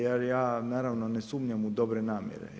Jer ja naravno ne sumnjam u dobre namjere.